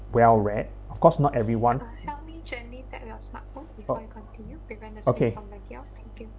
well read of course not everyone oh okay